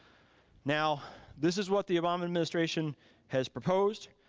now this is what the obama administration has proposed,